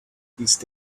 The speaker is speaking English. these